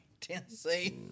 Tennessee